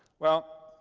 well,